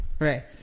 Right